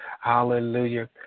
Hallelujah